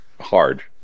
hard